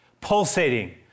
pulsating